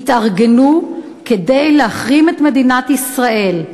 התארגנו כדי להחרים את מדינת ישראל.